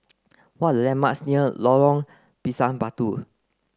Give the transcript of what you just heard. what are the landmarks near Lorong Pisang Batu